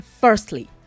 Firstly